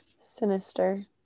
Sinister